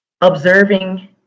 observing